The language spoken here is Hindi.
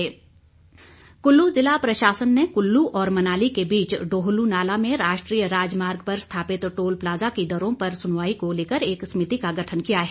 टोल प्लाजा कुल्लू जिला प्रशासन ने कुल्लू और मनाली के बीच डोहलूनाला में राष्ट्रीय राजमार्ग पर स्थापित टोल प्लाजा की दरों पर सुनवाई को लेकर एक समिति का गठन किया है